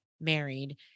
married